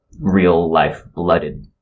real-life-blooded